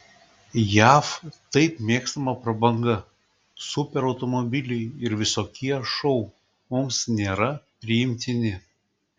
jav taip mėgstama prabanga superautomobiliai ir visokie šou mums nėra priimtini